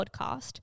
podcast